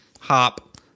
hop